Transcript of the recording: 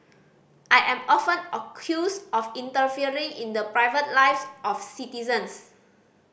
I am often accused of interfering in the private lives of citizens